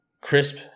crisp